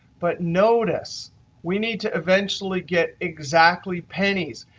but notice we need to eventually get exactly pennies,